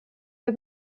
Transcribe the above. wir